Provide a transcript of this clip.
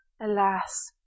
alas